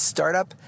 Startup